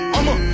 I'ma